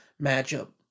matchup